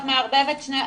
אתם מערבבים שני דברים.